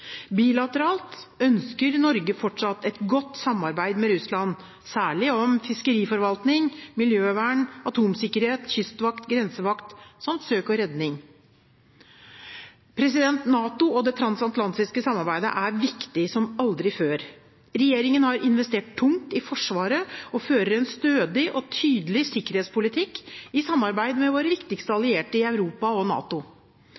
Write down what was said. Bilateralt ønsker Norge fortsatt et godt samarbeid med Russland, særlig om fiskeriforvaltning, miljøvern, atomsikkerhet, kystvakt, grensevakt, søk og redning. NATO og det transatlantiske samarbeidet er viktig som aldri før. Regjeringen har investert tungt i Forsvaret og fører en stødig og tydelig sikkerhetspolitikk i samarbeid med våre viktigste allierte i Europa og NATO.